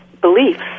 beliefs